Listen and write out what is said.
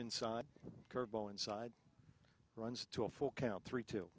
inside curve ball inside runs to a full count three to